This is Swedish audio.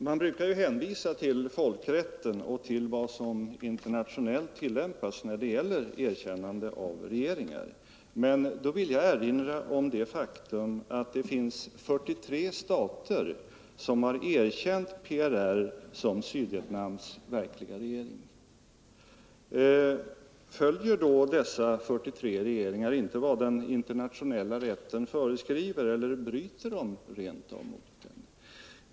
Herr talman! Man brukar hänvisa till folkrätten och till de regler som internationellt tillämpas när det gäller erkännande av regeringar, men då vill jag erinra om det faktum att det finns 43 stater som har erkänt PRR som Sydvietnams verkliga regering. Följer då dessa 43 regeringar inte vad den internationella rätten föreskriver? Bryter de rent av mot denna rätt?